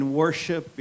worship